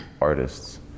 artists